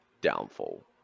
downfall